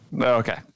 Okay